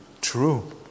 true